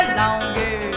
longer